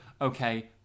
okay